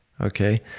okay